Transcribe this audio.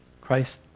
Christ